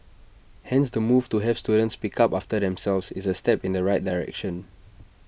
hence the move to have students pick up after themselves is A step in the right direction